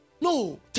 No